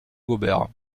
gobert